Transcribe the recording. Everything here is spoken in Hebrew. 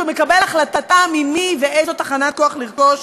שהוא שמקבל החלטה ממי ואיזו תחנת כוח לרכוש,